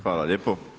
Hvala lijepo.